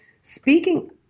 speaking